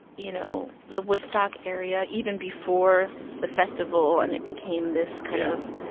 you know, the woodstock area, even before the festival and it became this kind of.